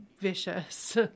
vicious